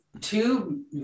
two